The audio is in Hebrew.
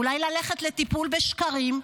אולי ללכת לטיפול בשקרים.